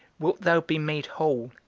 wilt thou be made whole?